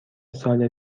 سال